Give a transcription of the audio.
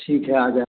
ठीक है आ जा